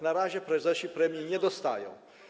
Na razie prezesi premii nie dostają.